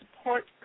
support